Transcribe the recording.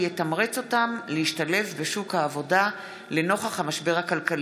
הבטחת הכנסה כך שיתמרץ אותם להשתלב בשוק העבודה לנוכח המשבר הכלכלי.